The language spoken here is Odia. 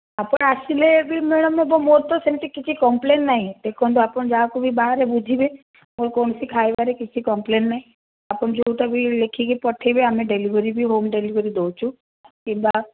ଆପଣ ଆସିଲେ ବି ମ୍ୟାଡ଼ାମ ହେବ ମୋର ତ ସେମତି କିଛି କମ୍ପ୍ଲେନ୍ ନାହିଁ ଦେଖନ୍ତୁ ଆପଣ ଯାହାକୁ ବି ବାହାରେ ବୁଝିବେ ମୋର କୌଣସି ଖାଇବାରେ କିଛି କମ୍ପ୍ଲେନ୍ ନାହିଁ ଆପଣ ଯେଉଁଟା ବି ଲେଖିକି ପଠାଇବେ ଆମେ ଡେଲିଭେରି ବି ହୋମ୍ ଡେଲିଭେରି ଦେଉଛୁ କିମ୍ବା